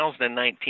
2019